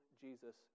Jesus